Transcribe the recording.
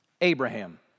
Abraham